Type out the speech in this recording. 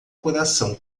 coração